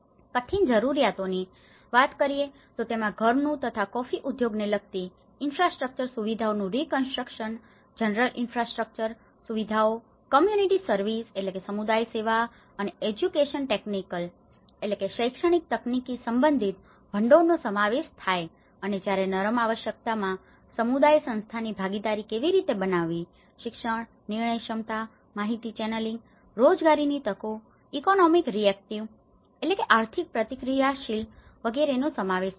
કઠિન જરૂરિયાતોની વાત કરીએ તો તેમાં ઘરનું તથા કોફી ઉદ્યોગને લગતી ઇનફ્રાસ્ટ્રક્ચર infrastructure માળખાગત સુવિધાઓનું રીકન્સ્ટ્રક્શન reconstructionપુનનિર્માણ જનરલ ઇનફ્રાસ્ટ્રક્ચર general infrastructure સામાન્ય માળખાગત સુવિધાઓ કમ્યૂનિટી સર્વિસ community services સમુદાય સેવાઓ અને એજ્યુકેશન ટેકનિકલ educational technical શૈક્ષણિક તકનીકી સંબંધિત ભંડોળનો સમાવેશ થાય અને જ્યારે નરમ આવશ્યકતાઓમાં સમુદાય સંસ્થાની ભાગીદારી કેવી રીતે બનાવવી શિક્ષણ નિર્ણય ક્ષમતા માહિતી ચેનલિંગ રોજગારીની તકો ઈકોનોમિક રીઍક્ટિવ economic reactive આર્થિક પ્રતિક્રિયાશીલ વિગેરેનો સમાવેશ થાય છે